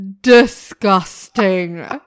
disgusting